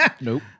Nope